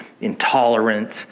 intolerant